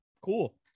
cool